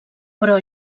però